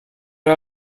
wir